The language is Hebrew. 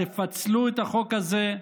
תפצלו את החוק הזה,